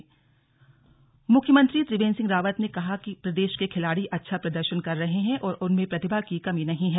slug Ukraine coach मुख्यमंत्री त्रिवेंद्र सिंह रावत ने कहा कि प्रदेश के खिलाड़ी अच्छा प्रदर्शन कर रहे हैं और उनमें प्रतिभा की कमी नहीं है